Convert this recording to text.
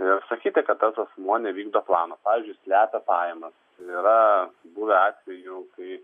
ir sakyti kad asmuo nevykdo plano pavyzdžiui slepia pajamas yra buvę atvejų kai